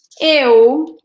eu